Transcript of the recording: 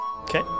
Okay